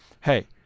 hey